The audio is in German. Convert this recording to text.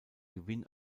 gewinn